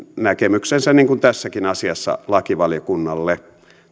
näkemyksensä niin kuin tässäkin asiassa lakivaliokunnalle